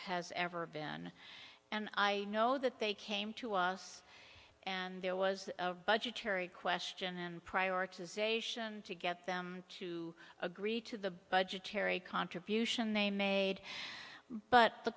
has ever been and i know that they came to us and there was a budgetary question and prioritization to get them to agree to the budgetary contribution they made but the